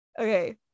okay